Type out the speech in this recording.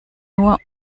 nur